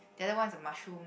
the other one is the mushroom